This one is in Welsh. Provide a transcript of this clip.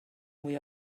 mwy